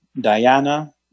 Diana